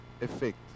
effect